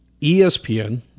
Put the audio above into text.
espn